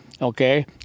Okay